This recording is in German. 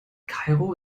kairo